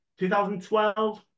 2012